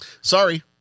sorry